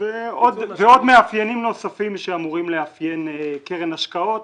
ועוד מאפיינים נוספים שאמורים לאפיין קרן השקעות.